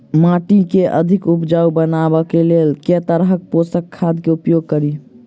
माटि केँ अधिक उपजाउ बनाबय केँ लेल केँ तरहक पोसक खाद केँ उपयोग करि?